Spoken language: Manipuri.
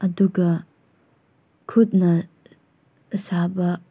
ꯑꯗꯨꯒ ꯈꯨꯠꯅ ꯁꯥꯕ